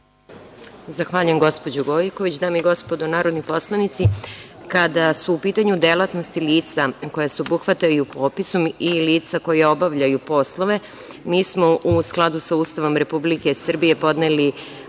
Zahvaljujem, gospođo Gojković. Dame i gospodo narodni poslanici, kada su u pitanju delatnosti lica koja se obuhvataju popisom i lica koja obavljaju poslove, mi smo u skladu sa Ustavom Republike Srbije podneli